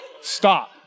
Stop